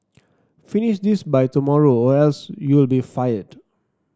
finish this by tomorrow or else you'll be fired